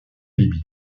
libye